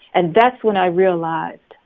and that's when i realized,